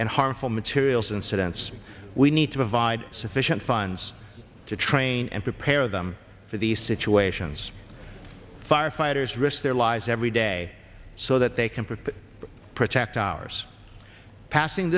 and harmful materials and students we need to provide sufficient funds to train and prepare them for these situations firefighters risk their lives every day so that they can protect protect ours passing